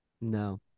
No